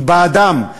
היא באדם.